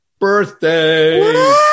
birthday